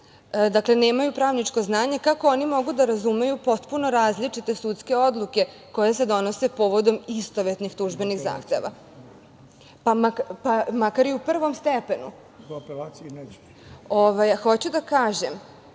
laici, nemaju pravničko znanje, kako oni mogu da razumeju potpuno različite sudske odluke koje se donose povodom istovetnih tužbenih zahteva, pa makar i u prvom stepenu? Hoću da kažem